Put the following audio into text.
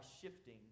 shifting